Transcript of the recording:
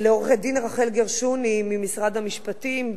לעו"ד רחל גרשוני ממשרד המשפטים,